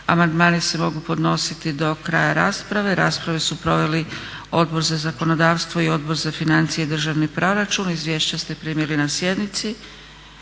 Amandmani se mogu podnositi do kraja rasprave. Raspravu su proveli Odbor za zakonodavstvo i Odbor za financije i državni proračun. Izvješća ste primili na sjednici.